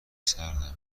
سردمه